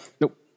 Nope